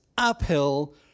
uphill